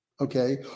Okay